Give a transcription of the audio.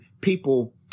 people